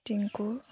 Tinku